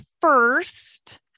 first